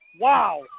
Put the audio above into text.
Wow